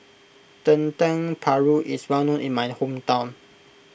Dendeng Paru is well known in my hometown